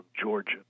Georgia